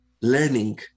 learning